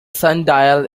sundial